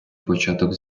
початок